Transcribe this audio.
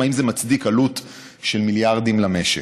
זה מצדיק עלות של מיליארדים למשק?